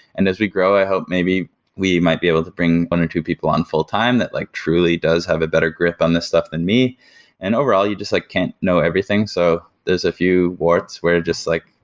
and as we grow, i hope maybe we might be able to bring one or two people on full time that like truly does have a better grip on this stuff than me and overall, you just like can't know everything, so there's a few warts, we're just like,